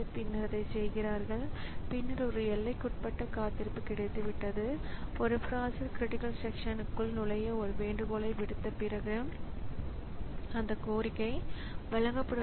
பரிமாற்றம் முடிந்ததும் பரிமாற்றம் முடிந்துவிட்டது என்று சொல்லும் ப்ராஸஸர் ஸிபியுவிற்க்கு ஒரு குறுக்கீட்டை அளிக்கிறது